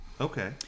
Okay